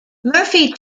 murphy